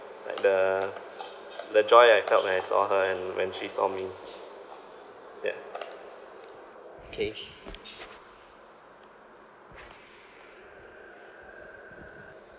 like the the joy I felt when I saw her and when she saw me ya